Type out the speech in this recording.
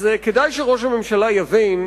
אז כדאי שראש הממשלה יבין,